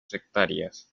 hectáreas